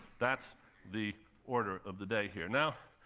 that's the order of the day here. now,